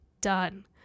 done